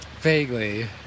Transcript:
vaguely